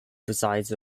presides